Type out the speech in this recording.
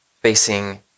facing